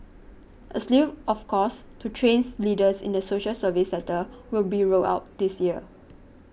a slew of courses to trains leaders in the social service sector will be rolled out this year